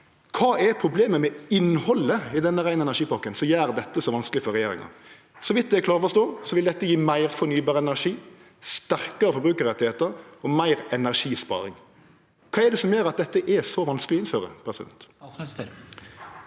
Kva er problemet med innhaldet i denne rein energi-pakken, som gjer dette så vanskeleg for regjeringa? Så vidt eg klarer å forstå, vil dette gje meir fornybar energi, sterkare forbrukarrettar og meir energisparing. Kva er det som gjer at dette er så vanskeleg å innføre?